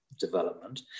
development